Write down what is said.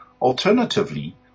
Alternatively